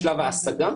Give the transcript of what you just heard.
בשלב ההשגה,